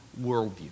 worldview